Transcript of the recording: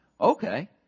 okay